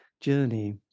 journey